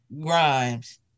Grimes